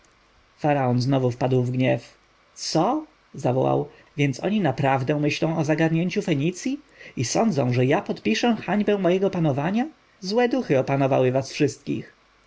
znowu wpadł w gniew co zawołał więc oni naprawdę myślą o zagarnięciu fenicji i sądzą że ja podpiszę hańbę mojego panowania złe duchy opętały was wszystkich